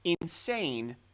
insane